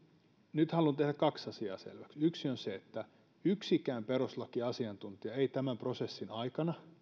nyt haluan tehdä kaksi asiaa selväksi yksi on se että yksikään perustuslakiasiantuntija ei tämän prosessin aikana